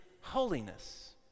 holiness